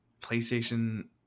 PlayStation